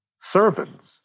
servants